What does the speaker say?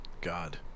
god